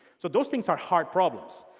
so those things are hard problems.